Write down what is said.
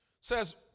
Says